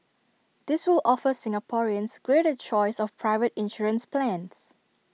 this will offer Singaporeans greater choice of private insurance plans